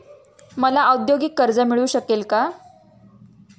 मला औद्योगिक कर्ज मिळू शकेल का?